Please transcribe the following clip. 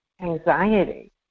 anxiety